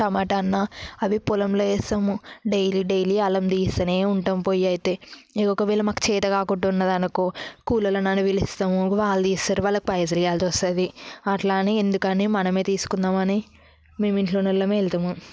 టమాట అన్నాను అవి పొలంలో వేస్తాము డైలీ డైలీ అలము తీస్తూనే ఉంటాము పోయి అయితే ఒకవేళ మాకు చేతకాకుండా ఉన్నది అనుకో కూలి వాళ్ళని పిలుస్తాము వాళ్ళు తీస్తారు వాళ్ళకి పైసలు ఇవ్వవలసి వస్తుంది అట్లా అని ఎందుకని మనమే తీసుకుందామని మేము ఇంట్లో వాళ్ళమే వెళతాము